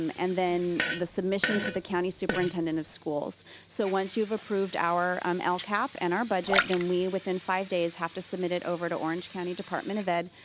um and then the submission to the county superintendent of schools. so once you've approved our um our lcap and our budget then we within five days have to submit it over to orange county department of ed,